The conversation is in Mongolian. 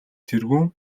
тэргүүн